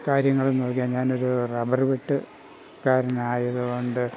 കാര്യങ്ങൾ നോക്കിയാൽ ഞാൻ ഒരു റബ്ബർ വെട്ടുകാരൻ ആയതുകൊണ്ട്